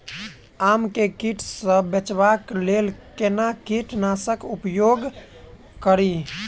आम केँ कीट सऽ बचेबाक लेल कोना कीट नाशक उपयोग करि?